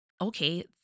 okay